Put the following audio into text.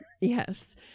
Yes